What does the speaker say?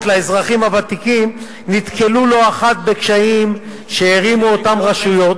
לאזרחים הוותיקים נתקלו לא אחת בקשיים שהערימו אותן רשויות,